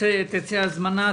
יצאה הזמנה.